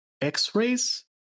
x-rays